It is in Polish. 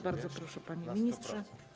Bardzo proszę, panie ministrze.